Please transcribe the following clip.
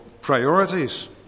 priorities